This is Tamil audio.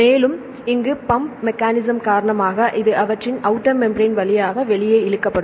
மேலும் இங்கு பம்பிங் மெக்கானீசம் காரணமாக இது அவற்றின் அவுட்டர் மெம்ப்ரென் வழியாக வெளியே இழுக்கப்படும்